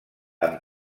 amb